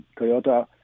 Toyota